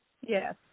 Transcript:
Yes